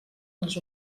les